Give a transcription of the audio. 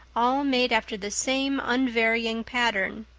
all made after the same unvarying pattern.